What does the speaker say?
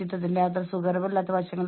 വളരെ മോശം ചക്രം അത് തകർക്കാൻ പ്രയാസമാണ്